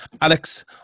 Alex